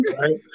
Right